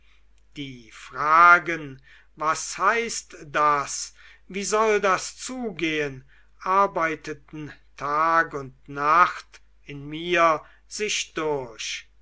die fragen was heißt das wie soll das zugehen arbeiteten tag und nacht in mir sich durch